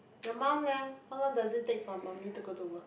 your mom leh how long does it take for mummy to go to work